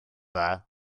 dda